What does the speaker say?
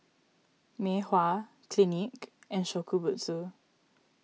Mei Hua Clinique and Shokubutsu